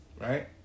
right